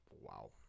Wow